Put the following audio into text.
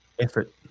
effort